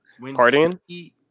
Partying